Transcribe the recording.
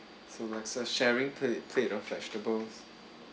so as a sharing plate plate of vegetables